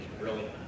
brilliant